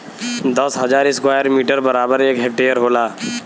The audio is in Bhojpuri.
दस हजार स्क्वायर मीटर बराबर एक हेक्टेयर होला